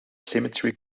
symmetry